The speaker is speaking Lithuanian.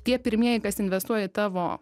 tie pirmieji kas investuoja į tavo